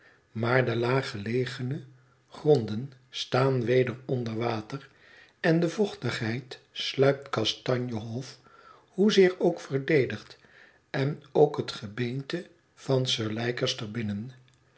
maar de laaggelegene gronden staan weder onder water en de vochtigheid sluipt kastanje hof hoezeer ook verdedigd en ook het gebeente van sir leicester binnen